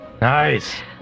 Nice